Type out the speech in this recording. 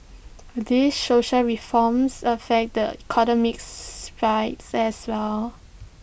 these social reforms affect the economic as well